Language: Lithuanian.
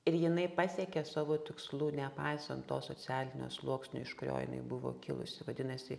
ir jinai pasiekė savo tikslų nepaisant to socialinio sluoksnio iš kurio jinai buvo kilusi vadinasi